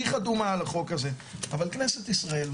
אבל כנסת ישראל,